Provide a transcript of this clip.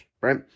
right